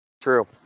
True